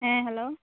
ᱦᱮᱸ ᱦᱮᱞᱳ